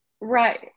Right